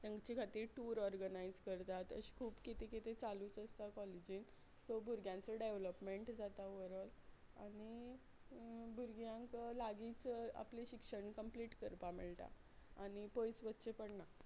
तेंचे खातीर tour organise करतात अशें खूब कितें कितें चालूच आसता कॉलेजीन सो भुरग्यांचो डॅवलॉपमँट जाता ओवरऑल आनी भुरग्यांक लागींच आपलें शिक्षण कम्प्लीट करपाक मेळटा आनी पयस वच्चें पडना